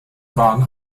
waren